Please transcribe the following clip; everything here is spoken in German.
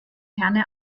herne